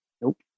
nope